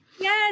Yes